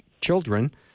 children